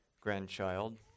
grandchild